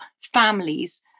families